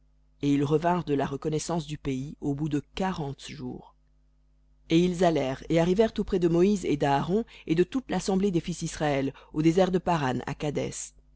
et ils revinrent de la reconnaissance du pays au bout de quarante jours et ils allèrent et arrivèrent auprès de moïse et d'aaron et de toute l'assemblée des fils d'israël au désert de paran à kadès